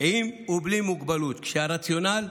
עם ובלי מוגבלות, כשהרציונל: